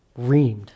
reamed